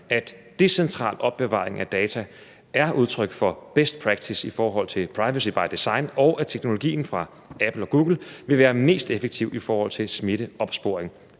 at decentral opbevaring af data er udtryk for best practice i forhold til privacy by design, og at teknologien fra Apple og Google vil være mest effektiv i forhold til smitteopsporing.